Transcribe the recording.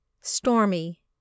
Stormy